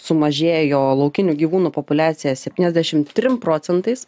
sumažėjo laukinių gyvūnų populiacija septyniasdešim trim procentais